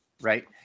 right